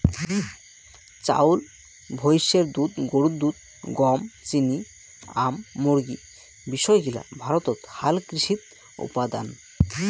চাউল, ভৈষের দুধ, গরুর দুধ, গম, চিনি, আম, মুরগী বিষয় গিলা ভারতত হালকৃষিত উপাদান